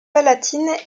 palatine